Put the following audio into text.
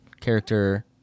character